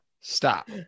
stop